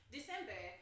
December